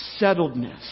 settledness